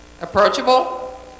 Approachable